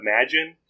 imagine